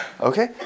Okay